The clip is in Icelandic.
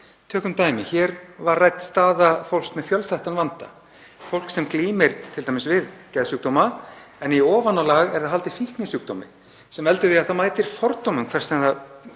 Tökum dæmi: Hér var rædd staða fólks með fjölþættan vanda, fólks sem glímir við geðsjúkdóma en í ofanálag er það haldið fíknisjúkdómi sem veldur því að það mætir fordómum hvar sem það